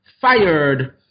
fired